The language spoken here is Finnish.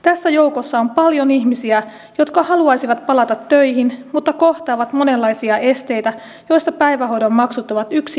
tässä joukossa on paljon ihmisiä jotka haluaisivat palata töihin mutta kohtaavat monenlaisia esteitä joista päivähoidon maksut ovat yksi esimerkki